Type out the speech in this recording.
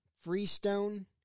freestone